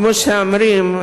כמו שאומרים,